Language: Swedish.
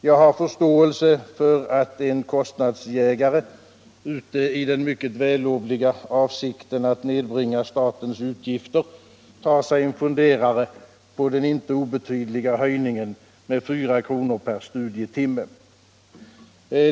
Jag har förståelse för att en kostnadsjägare, ute i den mycket vällovliga avsikten att nedbringa statens utgifter, tar sig en funderare på den inte obetydliga höjningen med 4 kr. per studietimme.